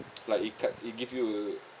like it cut it give you uh